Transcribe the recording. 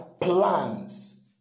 plans